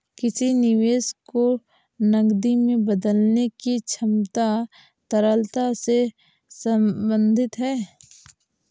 किसी निवेश को नकदी में बदलने की क्षमता तरलता से संबंधित है